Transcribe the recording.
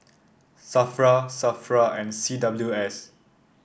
Safra Safra and C W S